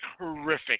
horrific